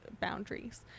boundaries